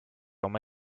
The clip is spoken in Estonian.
oma